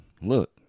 Look